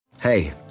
Hey